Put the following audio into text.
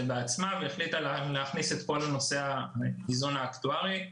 בעצמה והיא החליטה להכניס את כל נושא האיזון האקטוארי.